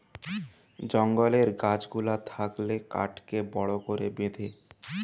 জঙ্গলের গাছ গুলা থাকলে কাঠকে বড় করে বেঁধে